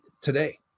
today